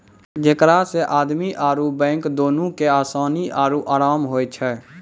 जेकरा से आदमी आरु बैंक दुनू के असानी आरु अराम होय छै